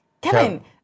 Kevin